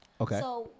Okay